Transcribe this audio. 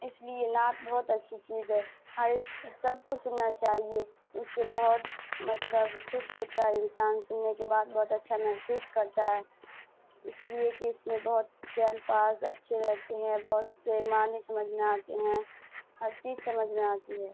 اس لیے نعت بہت اچھی چیز ہے ہر ایک سب کو سننا چاہیے اس سے بہت مطلب خوش ہوتا ہے انسان سننے کے بعد بہت اچھا محسوس کرتا ہے اس لیے کہ اس میں بہت سے الفاظ اچھے رہتے ہیں بہت سے معنی سمجھ میں آتے ہیں ہر چیز سمجھ میں آتی ہے